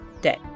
day